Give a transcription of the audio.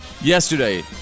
yesterday